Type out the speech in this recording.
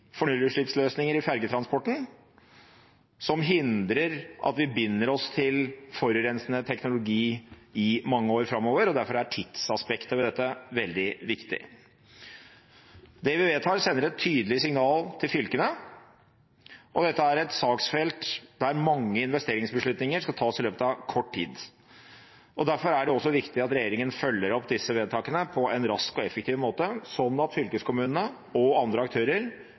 i fergetransporten som hindrer at vi binder oss til forurensende teknologi i mange år framover, og derfor er tidsaspektet ved dette veldig viktig. Det vi vedtar, sender et tydelig signal til fylkene, og dette er et saksfelt der mange investeringsbeslutninger skal tas i løpet av kort tid. Derfor er det også viktig at regjeringen følger opp disse vedtakene på en rask og effektiv måte, sånn at fylkeskommunene og andre aktører